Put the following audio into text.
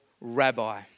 rabbi